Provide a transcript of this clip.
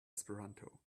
esperanto